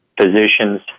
physicians